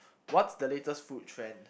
what's the latest food trend